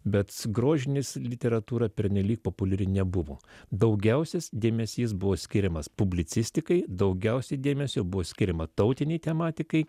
bet grožinės literatūra pernelyg populiari nebuvo daugiausia dėmesys buvo skiriamas publicistikai daugiausiai dėmesio buvo skiriama tautinei tematikai